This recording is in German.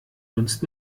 dunst